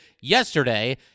yesterday